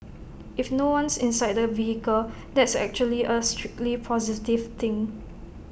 if no one's inside the vehicle that's actually A strictly positive thing